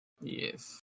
Yes